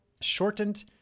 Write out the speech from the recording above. shortened